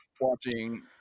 watching